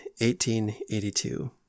1882